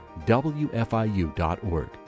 WFIU.org